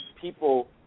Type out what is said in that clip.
People